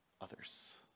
others